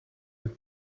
een